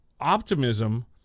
optimism